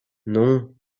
non